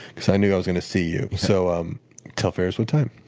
because i knew i was going to see you. so um tell ferriss what time.